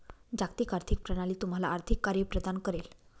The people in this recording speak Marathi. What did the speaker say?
जागतिक आर्थिक प्रणाली तुम्हाला आर्थिक कार्ये प्रदान करेल